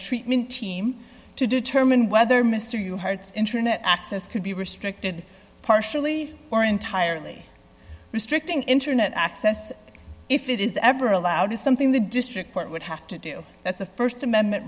treatment team to determine whether mr yoo hearts internet access could be restricted partially or entirely restricting internet access if it is ever allowed is something the district court would have to do that's a st amendment